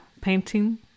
painting